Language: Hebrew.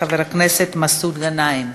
חבר הכנסת מסעוד גנאים.